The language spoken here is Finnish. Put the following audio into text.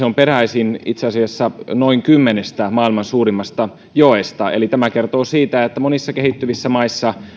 on peräisin itse asiassa noin kymmenestä maailman suurimmasta joesta tämä kertoo siitä että monissa kehittyvissä maissa